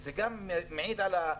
וזה מעיד גם על האטימות